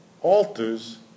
alters